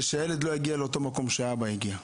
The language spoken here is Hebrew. שהילד לא יגיע לאותו מקום שהאבא הגיע אליו.